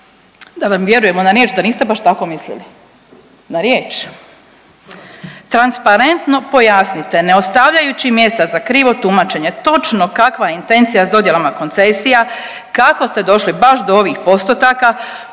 Da vam vjerujemo na riječ da niste baš tako mislili? Na riječ. Transparentno pojasnite ne ostavljajući mjesta za krivo tumačenje točno kakva je intencija s dodjelama koncesija, kako ste došli baš do ovih postotaka,